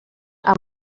amb